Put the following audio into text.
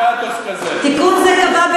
תיקון זה קבע,